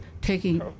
taking